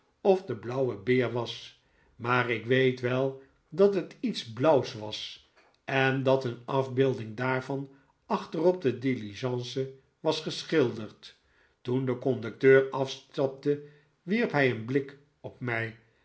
of de blauwe beer was maar ik weet wel dat het iets blauws was en dat een afbeelding daarvan achter op de diligence was geschilderd toen de conducteur afstapte wierp hij een blik op mij